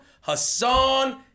Hassan